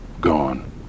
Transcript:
gone